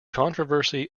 controversy